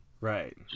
Right